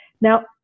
now